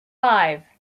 five